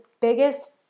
biggest